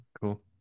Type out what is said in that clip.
Cool